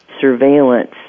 surveillance